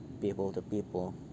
people-to-people